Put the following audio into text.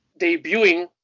debuting